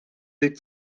weg